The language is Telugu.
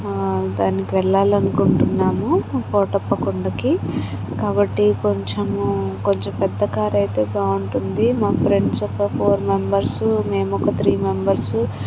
ఆ దానికి వెళ్ళాలి అనుకుంటున్నాము కోటప్ప కొండకి కాబట్టి కొంచెము కొంచెం పెద్ద కార్ అయితే బాగుంటుంది మా ఫ్రెండ్స్ ఒక ఫోర్ మెంబెర్సు మేం ఒక త్రీ మెంబెర్సు